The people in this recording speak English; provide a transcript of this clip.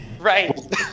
Right